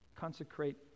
Consecrate